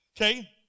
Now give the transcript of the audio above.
Okay